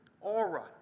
aura